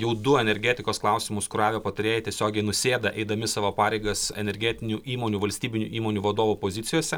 jau du energetikos klausimus kuravę patarėjai tiesiogiai nusėda eidami savo pareigas energetinių įmonių valstybinių įmonių vadovų pozicijose